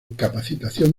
capacitación